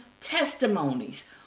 testimonies